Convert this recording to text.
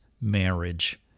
marriage